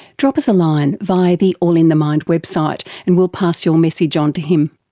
drop us a line via the all in the mind website and we'll pass your message on to him.